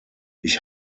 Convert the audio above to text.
ich